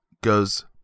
goes